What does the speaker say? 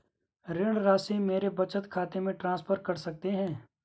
ऋण राशि मेरे बचत खाते में ट्रांसफर कर सकते हैं?